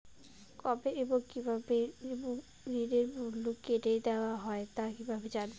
কবে এবং কিভাবে ঋণের মূল্য কেটে নেওয়া হয় তা কিভাবে জানবো?